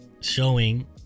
showing